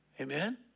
Amen